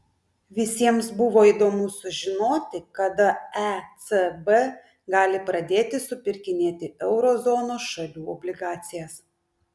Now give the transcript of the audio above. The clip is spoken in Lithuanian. visiems buvo įdomu sužinoti kada ecb gali pradėti supirkinėti euro zonos šalių obligacijas